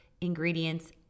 ingredients